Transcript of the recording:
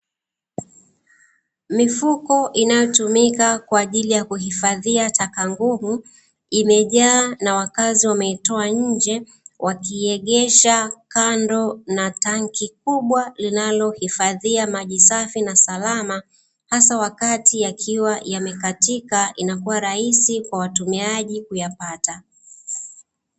Mifuko inayotumika kwa ajili ya kuhifadhia taka ngumu, imejaa na wakazi wameitoa nje wakiiegesha kando na tanki kubwa linalohifadhia maji safi na salama, hasa wakati yakiwa yamekatika inakuwa rahisi kwa watumiaji kuyapata.